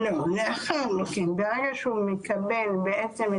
ברגע שהוא מקבל בעצם,